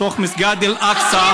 בתוך מסגד אל-אקצא,